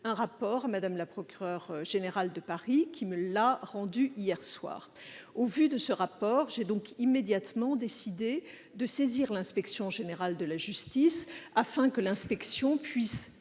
-un rapport à Mme la procureure générale de Paris, qui me l'a rendu hier soir. À la lecture de ce rapport, j'ai immédiatement décidé de saisir l'inspection générale de la justice, afin que celle-ci puisse déterminer